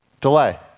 Delay